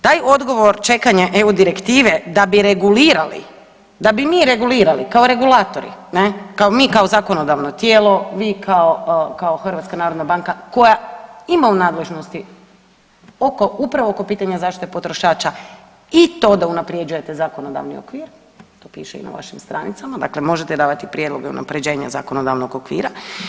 Taj odgovor čekanja eu direktive da bi regulira, da bi mi regulirali kao regulatori, mi kao zakonodavno tijelo, vi kao HNB koja ima u nadležnosti upravo oko pitanja zaštite potrošača i to da unaprjeđujete zakonodavni okvir, to piše i na vašim stranicama, dakle možete davati prijedloge i unapređenje zakonodavnog okvira.